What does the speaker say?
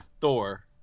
Thor